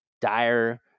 dire